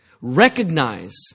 Recognize